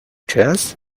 chess